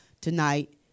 tonight